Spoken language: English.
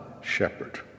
shepherd